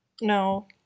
No